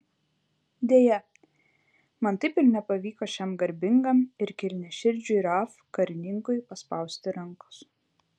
deja man taip ir nepavyko šiam garbingam ir kilniaširdžiui raf karininkui paspausti rankos